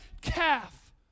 calf